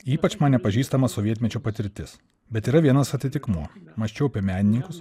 ypač man nepažįstama sovietmečio patirtis bet yra vienas atitikmuo mąsčiau apie menininkus